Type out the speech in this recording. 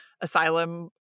asylum